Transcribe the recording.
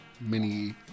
mini